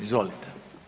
Izvolite.